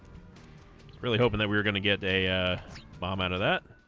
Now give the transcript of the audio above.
really hoping that we were gonna get a bomb out of that